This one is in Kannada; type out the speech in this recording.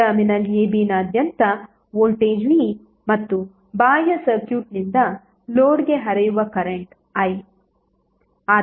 ಟರ್ಮಿನಲ್ abನಾದ್ಯಂತ ವೋಲ್ಟೇಜ್ V ಮತ್ತು ಬಾಹ್ಯ ಸರ್ಕ್ಯೂಟ್ನಿಂದ ಲೋಡ್ಗೆ ಹರಿಯುವ ಕರೆಂಟ್ I